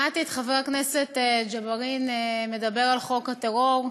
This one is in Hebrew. שמעתי את חבר הכנסת ג'בארין מדבר על חוק הטרור.